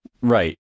Right